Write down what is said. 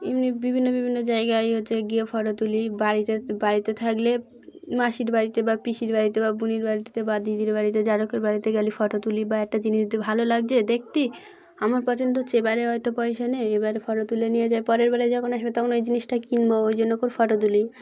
এমনি বিভিন্ন বিভিন্ন জায়গায় হচ্ছে গিয়ে ফটো তুলি বাড়িতে বাড়িতে থাকলে মাসির বাড়িতে বা পিসির বাড়িতে বা বুনির বাড়িতে বা দিদির বাড়িতে যার হোক বাড়িতে গেলে ফটো তুলি বা একটা জিনিস দিয়ে ভালো লাগছে দেখতে আমার পছন্দ হচ্ছে এবারে হয়তো পয়সা নেই এবারে ফটো তুলে নিয়ে যায় পরের বারে যখন আসবে তখন ওই জিনিসটা কিনবো ওই জন্য করে ফটো তুলি